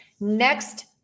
Next